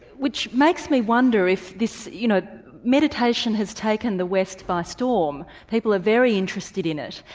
which makes me wonder if this. you know meditation has taken the west by storm, people are very interested in it,